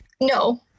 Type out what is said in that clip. No